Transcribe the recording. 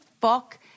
fuck